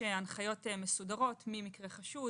הנחיות מסודרות מי מקרה חשוד,